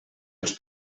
els